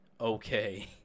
Okay